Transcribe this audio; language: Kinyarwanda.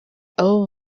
abo